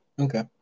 okay